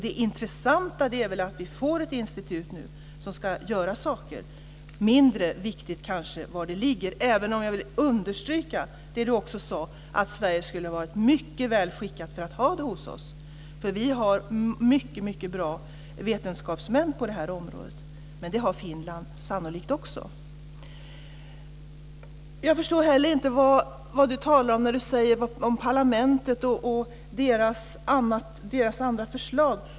Det intressanta är väl att vi nu får ett institut som ska göra saker. Det är kanske mindre viktigt var det ligger, även om jag vill understryka det som också Lena Ek sade: Sverige skulle ha varit mycket väl skickat att ha det hos oss. Vi har mycket bra vetenskapsmän på det området. Men det har sannolikt också Finland. Jag förstår heller inte vad Lena Ek talar om när hon säger något om parlamentet och dess andra förslag.